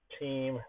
team